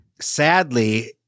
Sadly